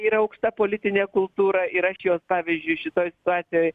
yra aukšta politinė kultūra ir aš jos pavyzdžiui šitoj situacijoj